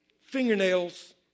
fingernails